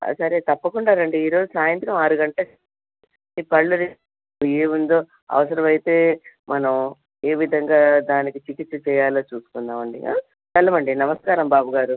సరే తప్పకుండా రండి ఈరోజు సాయంత్రం ఆరు గంటలకి పళ్ళల్లో ఏముందో అవసరమైతే మనం ఏ విధంగా దానికి చికిత్స చెయ్యాలో చూసుకుందామండి సెలవండి నమస్కారం బాబు గారు